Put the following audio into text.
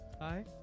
Hi